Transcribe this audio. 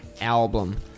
album